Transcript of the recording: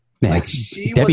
Debbie